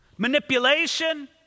Manipulation